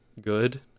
good